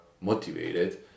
motivated